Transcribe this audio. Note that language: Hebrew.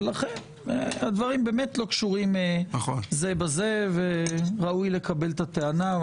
לכן הדברים באמת לא קשורים זה בזה וראוי לקבל את הטענה.